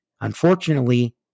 Unfortunately